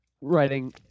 writing